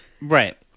right